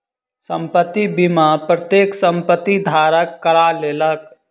संपत्ति बीमा प्रत्येक संपत्ति धारक करा लेलक